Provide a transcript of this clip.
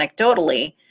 anecdotally